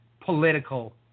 political